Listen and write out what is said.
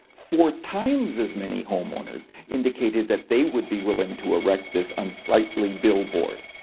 four times as many homeowners indicated that they would be willing to erect this unsightly billboard.